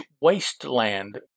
Wasteland